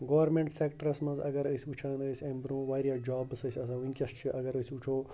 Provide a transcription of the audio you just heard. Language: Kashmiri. گورمٮ۪نٛٹ سٮ۪کٹَرَس منٛز اگر أسۍ وٕچھان ٲسۍ اَمہِ برٛۄنٛہہ واریاہ جابٕس ٲسۍ آسان وٕنکٮ۪س چھِ اگر أسۍ وٕچھو